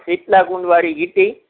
शीतला कुंड वारी गिटी